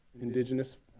indigenous